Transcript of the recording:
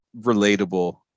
relatable